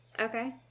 Okay